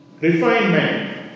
Refinement